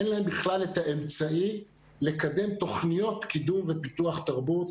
אין להן בכלל את האמצעי לקדם תכניות קידום ופיתוח תרבות